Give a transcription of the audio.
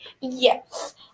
Yes